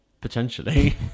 potentially